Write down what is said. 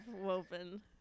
woven